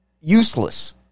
useless